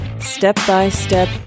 step-by-step